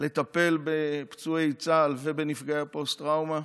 לטפל בפצועי צה"ל ובנפגעי הפוסט-טראומה.